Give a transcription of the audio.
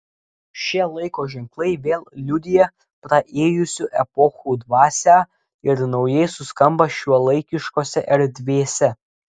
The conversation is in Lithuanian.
šie laiko ženklai vėl liudija praėjusių epochų dvasią ir naujai suskamba šiuolaikiškose erdvėse